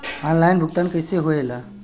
Online भुगतान कैसे होए ला?